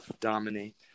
dominate